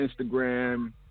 Instagram